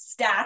Stats